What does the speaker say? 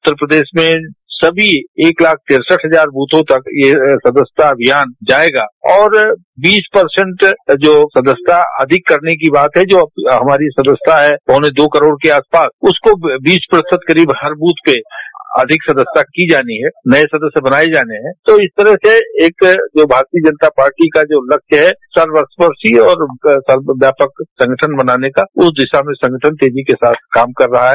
उत्तर प्रदेश में सभी एक लाखे तिरसठ हजार बूथों तक यह सदस्यता अभियान जायेगा और बीस प्रतिशत जो सदस्यता अधिक करने की बात है जो हमारी सदस्यता पौने दो करोड़ के आसपास उसको बीस प्रतिशत करीब हर बूथ पर अधिक सदस्यता की जानी है नये सदस्य बनाये जाने है ता इस तरह से एक भारतीय जनता पार्टी का जो लक्ष्य है सर्वस्पशी और सर्वव्यापक संगठन बनाने का उस दिशा में संगठन तेजी से काम करेगा